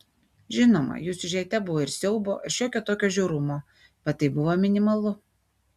žinoma jų siužete buvo ir siaubo ir šiokio tokio žiaurumo bet tai buvo minimalu